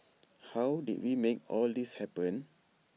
how did we make all this happen